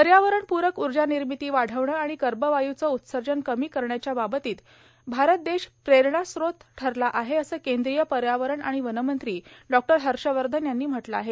पर्यावरणपूरक ऊर्जानिर्मिती वाढवणं आणि कर्बवायूचं उत्सर्जन कमी करण्याच्या बाबतीत भारत देश प्रेरणास्त्रोत ठरला आहे असं केंद्रीय पर्यावरण आणि वनमंत्री डॉ हर्षवर्धन यांनी म्हटलं आहे